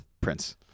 Prince